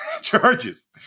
charges